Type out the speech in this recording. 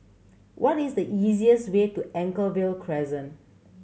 what is the easiest way to Anchorvale Crescent